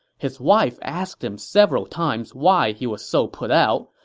his wife asked him several times why he was so put out,